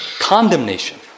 condemnation